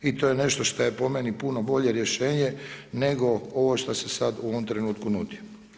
I to je nešto što je po meni puno bolje rješenje nego ovo što se sada u ovom trenutku nudi.